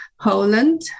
Poland